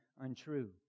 untrue